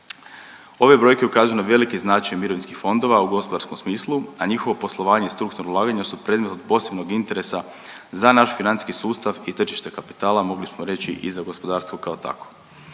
Evo brojke ukazuju na veliki značaj mirovinskih fondova u gospodarskom smislu, a njihovo poslovanje i strukturna ulaganja su predmet posebnog interesa za naš financijski sustav i tržište kapitala, mogli smo reći i za gospodarstvo kao takvo.